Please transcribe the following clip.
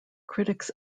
critics